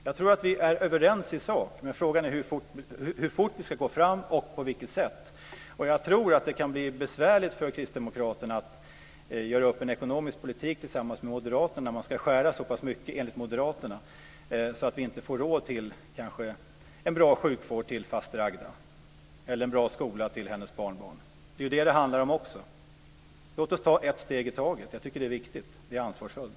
Jag tror att vi är överens i sak, men frågan är hur fort vi ska gå fram och på vilket sätt. Jag tror att det kan bli besvärligt för Kristdemokraterna att göra upp en ekonomisk politik tillsammans Moderaterna som vill skära så mycket att vi kanske inte får råd med en bra sjukvård till faster Agda eller en bra skola till hennes barnbarn. Det är ju detta det handlar om också. Låt oss ta ett steg i taget. Jag tycker att det är viktigt. Det är ansvarsfullt.